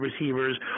receivers